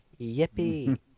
Yippee